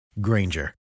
Granger